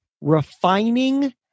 refining